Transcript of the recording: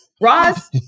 Ross